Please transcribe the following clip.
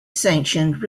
sanctioned